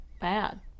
bad